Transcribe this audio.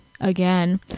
again